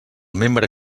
membre